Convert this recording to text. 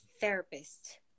therapist